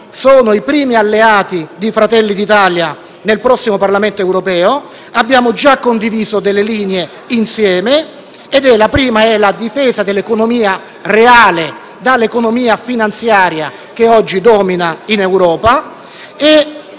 sono i primi alleati di Fratelli d'Italia nel prossimo Parlamento europeo: abbiamo già condiviso delle linee insieme: la prima è la difesa dell'economia reale dall'economia finanziaria che oggi domina in Europa;